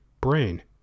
brain